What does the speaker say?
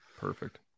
perfect